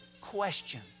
question